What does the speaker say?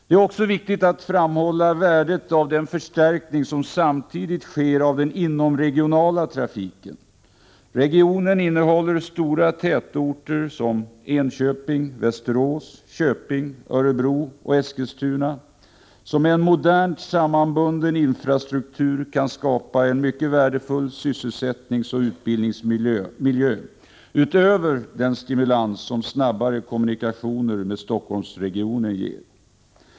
Det är också viktigt att framhålla värdet av den förstärkning som samtidigt sker av den inomregionala trafiken. Regionen innehåller stora tätorter, som Enköping, Västerås, Köping, Örebro och Eskilstuna, som med en modernt sammanbunden infrastruktur kan skapa en mycket värdefull sysselsättnings och utbildningsmiljö utöver den stimulans som snabbare kommunikationer med Stockholmsregionen ger.